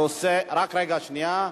הנושא, רק רגע, שנייה.